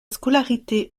scolarité